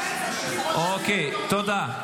אוקיי, תודה.